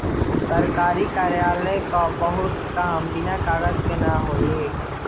सरकारी कार्यालय क बहुते काम बिना कागज के ना होई